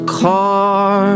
car